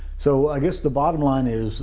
so i guess the bottom line is